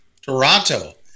Toronto